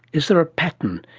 is there a pattern,